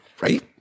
Right